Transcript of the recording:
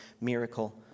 miracle